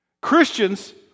Christians